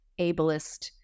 ableist